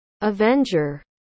Avenger